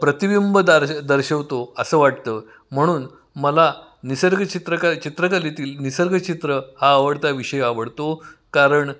प्रतिबिंब दारश दर्शवतो असं वाटतं म्हणून मला निसर्ग चित्रक चित्रकलेतील निसर्गचित्र हा आवडता विषय आवडतो कारण